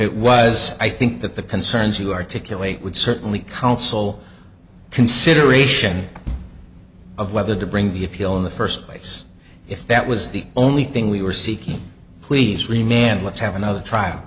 it was i think that the concerns you articulate would certainly counsel consideration of whether to bring the appeal in the first place if that was the only thing we were seeking please remain and let's have another trial